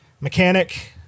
mechanic